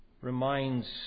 reminds